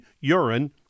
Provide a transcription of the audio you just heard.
urine